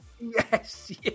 Yes